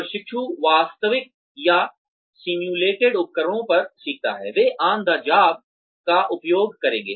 प्रशिक्षु वास्तविक या सिम्युलेटेड उपकरणों पर सीखते हैं वे ऑन द जॉब का उपयोग करेंगे